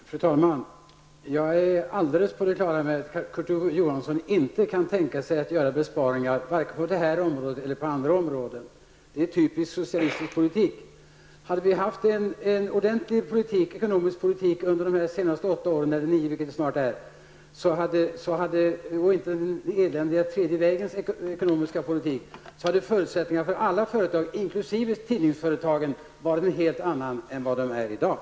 Fru talman! Jag är alldeles på det klara med att Kurt Ove Johansson inte kan tänka sig att göra besparingar, vare sig på det här området eller på andra områden. Det är typisk socialistisk politik. Hade vi haft en ordentlig ekonomisk politik under de senaste åtta eller snart nio åren och inte den eländiga tredje vägens ekonomiska politik, hade förutsättningarna för alla företag, inkl. tidningsföretagen, varit helt andra än vad de är i dag.